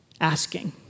asking